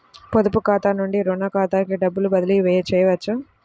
పొదుపు ఖాతా నుండీ, రుణ ఖాతాకి డబ్బు బదిలీ చేయవచ్చా?